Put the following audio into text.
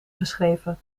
geschreven